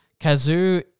Kazu